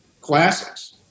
classics